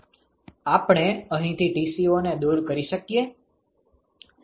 આપણે અહીંથી Tco ને દૂર કરી શકીએ